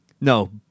No